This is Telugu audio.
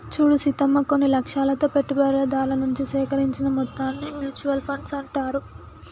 చూడు సీతమ్మ కొన్ని లక్ష్యాలతో పెట్టుబడిదారుల నుంచి సేకరించిన మొత్తాలను మ్యూచువల్ ఫండ్స్ అంటారు